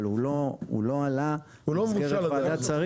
אבל הוא לא עלה במסגרת ועדת שרים.